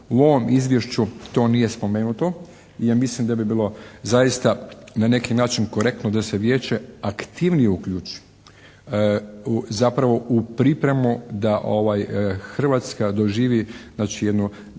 u ovom izvješću to nije spomenuto i ja mislim da bi bilo zaista na neki način korektno da se Vijeće aktivnije uključi zapravo u pripremu da Hrvatska doživi znači